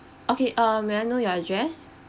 okay uh may I know your address